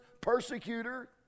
persecutor